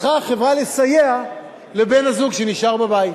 צריכה החברה לסייע לבן-הזוג שנשאר בבית.